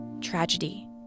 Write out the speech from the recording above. tragedy